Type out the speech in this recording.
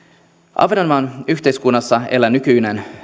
ahvenanmaan yhteiskunnassa elää nykyään